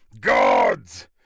Gods